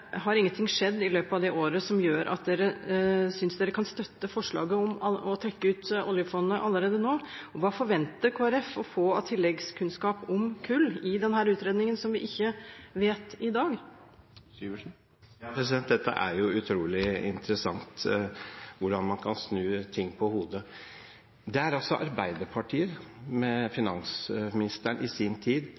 Har ingenting skjedd i løpet av det året som gjør at Kristelig Folkeparti kan støtte forslaget om å trekke ut oljefondet allerede nå? Og hva forventer Kristelig Folkeparti å få av tilleggskunnskap om kull i denne utredningen som vi ikke vet i dag? Dette er utrolig interessant – hvordan man kan snu ting på hodet. Det var Arbeiderpartiet, ved finansministeren, som i sin tid